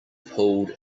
pulled